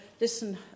listen